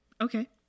Okay